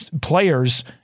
players